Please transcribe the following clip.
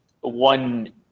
one